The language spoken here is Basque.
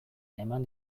eman